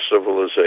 civilization